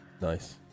Nice